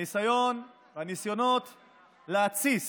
הניסיונות להתסיס